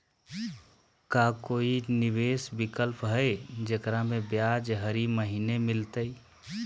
का कोई निवेस विकल्प हई, जेकरा में ब्याज हरी महीने मिलतई?